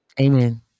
Amen